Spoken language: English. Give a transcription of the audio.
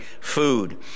food